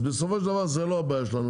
אז בסופו של דבר זה לא הבעיה שלנו,